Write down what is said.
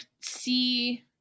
see